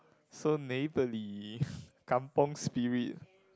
so neighbourly kampung Spirit